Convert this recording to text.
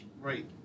Right